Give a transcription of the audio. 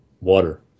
water